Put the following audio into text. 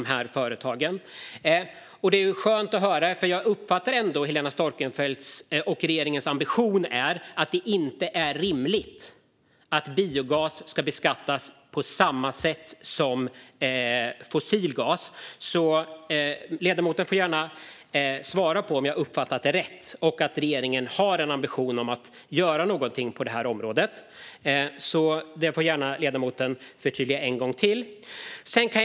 Det här var skönt att höra från Helena Storckenfeldt - för jag uppfattar ändå att hennes och regeringens ambition är att biogas inte ska beskattas på samma sätt som fossil gas eftersom man inte tycker att det är rimligt. Men ledamoten får gärna svara på om jag har uppfattat detta rätt och regeringen har en ambition att göra någonting på området. Ledamoten får gärna säga detta en gång till och förtydliga det.